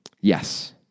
Yes